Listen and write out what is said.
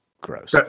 gross